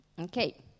Okay